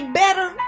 better